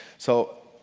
so,